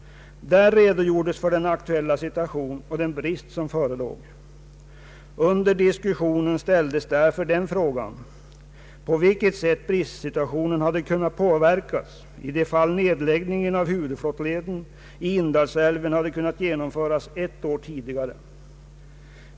Där redogjordes för den aktuella situationen och den brist, som förelåg. Under diskussionen ställdes därför den frågan, på vilket sätt bristsituationen hade kunnat påverkas i det fall nedläggningen av huvudflottleden i Indalsälven hade kunnat genomföras ett år tidigare.